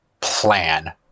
plan